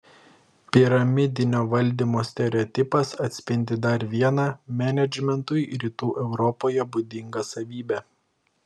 piramidinio valdymo stereotipas atspindi dar vieną menedžmentui rytų europoje būdingą savybę